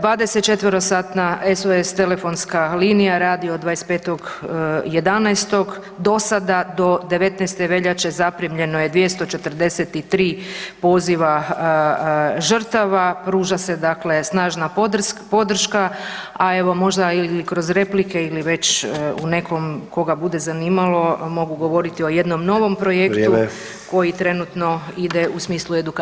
24-satna SOS telefonska linija radi od 25.11., do sada do 19. veljače zaprimljeno je 243 poziva žrtava, pruža se dakle snažna podrška, a evo možda ili kroz replike ili već u nekom koga bude zanimalo mogu govoriti o jednom novom projektu, [[Upadica: Vrijeme.]] koji trenutno ide u smislu edukacije.